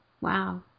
Wow